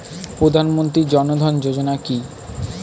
প্রধানমন্ত্রী জনধন যোজনা কি?